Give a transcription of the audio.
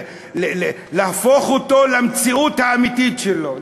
להפוך אותו למציאות האמיתית שלו,